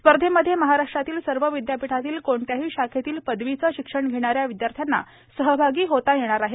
स्पर्धेमध्ये महाराष्ट्रातील सर्व विदयापीठातील कोणत्याही शाखेतील पदवीचे शिक्षण घेणा या विदयार्थ्यांना सहआगी होता येईल